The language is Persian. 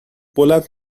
بلند